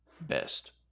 best